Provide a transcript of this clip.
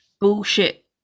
bullshit